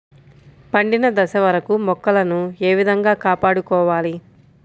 పండిన దశ వరకు మొక్కలను ఏ విధంగా కాపాడుకోవాలి?